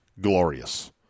glorious